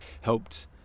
helped